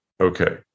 Okay